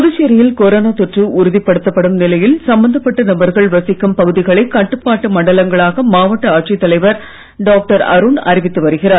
புதுச்சேரியில் கொரோனா தொற்று உறுதிப்படுத்தப்படும் நிலையில் சம்பந்தப்பட்ட நபர்கள் வசிக்கும் பகுதிகளை கட்டுப்பாட்டு மண்டலங்களாக மாவட்ட ஆட்சித் தலைவர் டாக்டர் அருண் அறிவித்து வருகிறார்